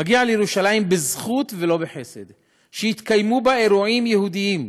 מגיע לירושלים בזכות ולא בחסד שיתקיימו בה אירועים יהודיים.